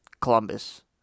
Columbus